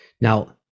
Now